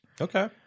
Okay